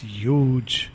huge